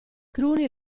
cruni